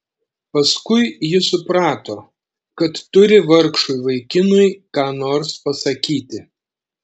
paskui ji suprato kad turi vargšui vaikinui ką nors pasakyti